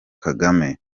kagame